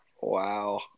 Wow